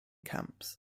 camps